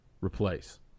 replace